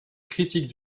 critique